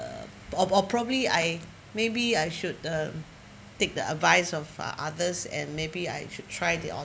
or probably I maybe I should uh take the advice of others and maybe I should try the